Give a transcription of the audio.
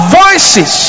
voices